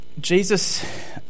Jesus